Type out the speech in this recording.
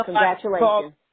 congratulations